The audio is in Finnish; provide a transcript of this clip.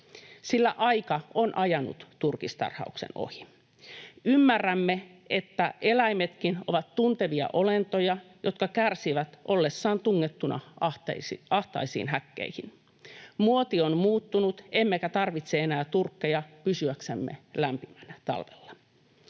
sillä aika on ajanut turkistarhauksen ohi. Ymmärrämme, että eläimetkin ovat tuntevia olentoja, jotka kärsivät ollessaan tungettuna ahtaisiin häkkeihin. Muoti on muuttunut, emmekä tarvitse enää turkkeja pysyäksemme lämpimänä talvella.